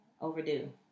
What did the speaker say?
overdue